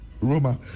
Roma